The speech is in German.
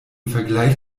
vergleich